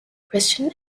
christian